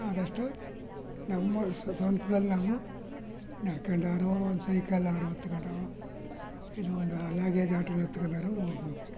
ಆದಷ್ಟು ನಮ್ಮ ಸ್ವಂತದಲ್ಲಿ ನಾವು ನಡ್ಕೊಂಡಾದ್ರೂ ಒನ್ ಸೈಕಲ್ಲಾದ್ರು ಹತ್ಕೊಂಡೋ ಇದು ಒಂದು ಲಗೇಜ್ ಆಟೋ ಅತ್ಕಲಾರು ಹೋಗ್ಬೇಕು